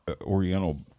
oriental